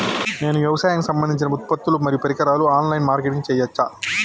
నేను వ్యవసాయానికి సంబంధించిన ఉత్పత్తులు మరియు పరికరాలు ఆన్ లైన్ మార్కెటింగ్ చేయచ్చా?